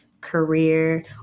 career